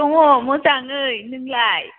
दङ मोजाङै नोंलाय